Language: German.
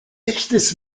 echtes